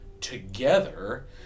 together